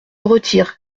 retire